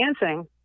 dancing